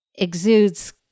Exudes